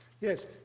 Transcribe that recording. Yes